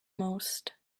most